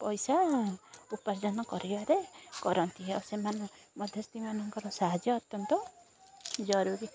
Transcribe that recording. ପଇସା ଉପାର୍ଜନ କରିବାରେ କରନ୍ତି ଆଉ ସେମାନେ ମଧ୍ୟସ୍ଥିମାନଙ୍କର ସାହାଯ୍ୟ ଅତ୍ୟନ୍ତ ଜରୁରୀ